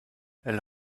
elle